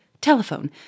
Telephone